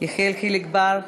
יחיאל חיליק בר,